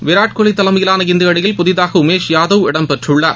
விராட்கோலி தலைமையிலான இந்த அணியில் புதிதாக உமேஷ்யாதவ் இடம்பெற்றுள்ளார்